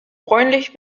bräunlich